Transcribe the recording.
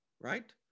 right